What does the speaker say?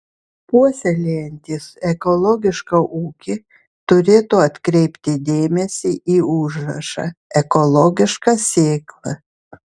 puoselėjantys ekologišką ūkį turėtų atkreipti dėmesį į užrašą ekologiška sėkla